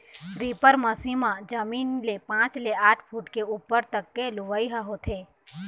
reaper machine म जमीन ले पाँच ले आठ फूट के उप्पर तक के लुवई ह होथे